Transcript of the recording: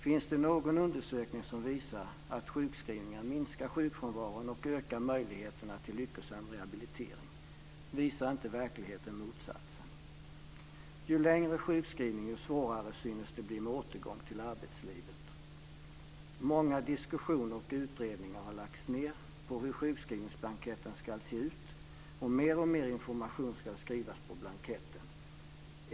Finns det någon undersökning som visar att sjukskrivningar minskar sjukfrånvaron och ökar möjligheterna till en lyckosam rehabilitering? Visar inte verkligheten motsatsen? Ju längre sjukskrivning, desto svårare synes det bli med en återgång till arbetslivet. Många diskussioner och utredningar har lagts ned på hur sjukskrivningsblanketten ska se ut, och mer och mer information ska skrivas på blanketten.